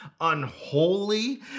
unholy